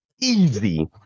Easy